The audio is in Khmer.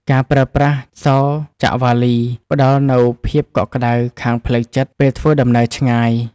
ការប្រើប្រាស់សោចាក់វ៉ាលី ផ្តល់នូវភាពកក់ក្តៅខាងផ្លូវចិត្តពេលធ្វើដំណើរឆ្ងាយ។